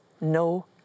no